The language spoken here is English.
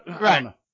Right